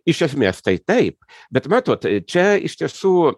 iš esmės tai taip bet matot čia iš tiesų